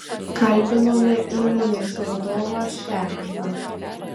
kalbinome įmonės vadovą šegždą